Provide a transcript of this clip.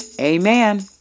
Amen